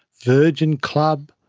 virgin club,